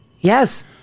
Yes